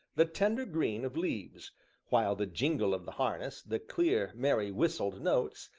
the tender green of leaves while the jingle of the harness, the clear, merry, whistled notes,